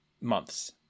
months